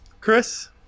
Chris